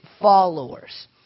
followers